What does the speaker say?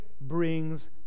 brings